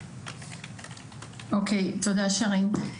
תודה, שרן.